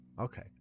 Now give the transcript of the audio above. Okay